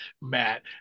Matt